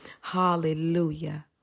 Hallelujah